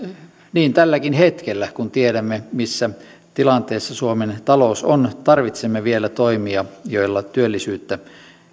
niin tälläkin hetkellä kun tiedämme missä tilanteessa suomen talous on tarvitsemme vielä toimia joilla työllisyyttä